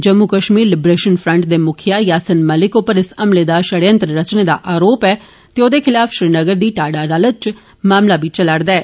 Jammu Kashmir liberation front दे मुखिया यासीन मलिक उप्पर इस हमले दा षडयंत्र रचने दा आरोप ऐ ते ओहदे खलाफ श्रीनगर दी टाडा अदालते च इक मामला बी चला'रदा ऐ